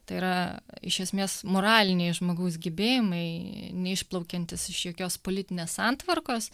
tai yra iš esmės moraliniai žmogaus gebėjimai neišplaukiantys iš jokios politinės santvarkos